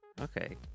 Okay